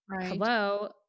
Hello